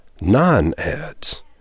Non-ads